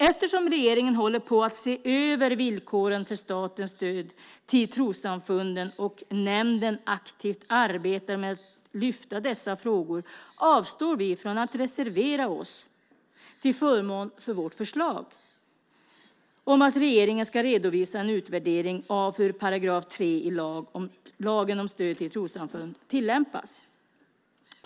Eftersom regeringen håller på att se över villkoren för statens stöd till trossamfunden och nämnden aktivt arbetar med att lyfta upp dessa frågor avstår vi från att reservera oss till förmån för vårt förslag om att regeringen ska redovisa en utvärdering av hur § 3 i lagen om stöd till trossamfund tillämpas.